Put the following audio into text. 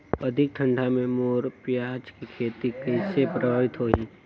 अधिक ठंडा मे मोर पियाज के खेती कइसे प्रभावित होही?